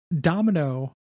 Domino